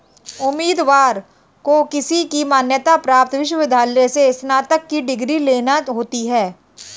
उम्मीदवार को किसी भी मान्यता प्राप्त विश्वविद्यालय से स्नातक की डिग्री लेना होती है